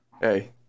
Hey